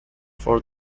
for